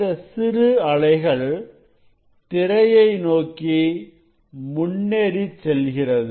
இந்த சிறு அலைகள் திரையை நோக்கி முன்னேறிச் செல்கிறது